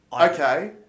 Okay